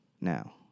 Now